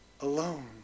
alone